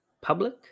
public